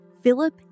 Philip